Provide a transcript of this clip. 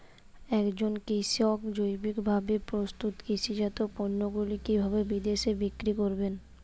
একজন কৃষক জৈবিকভাবে প্রস্তুত কৃষিজাত পণ্যগুলি কিভাবে বিদেশে বিক্রি করবেন?